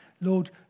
Lord